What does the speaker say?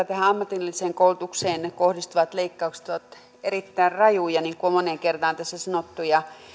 tähän ammatilliseen koulutukseen kohdistuvat leikkaukset ovat erittäin rajuja niin kuin on moneen kertaan tässä